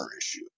issue